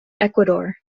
ecuador